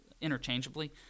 interchangeably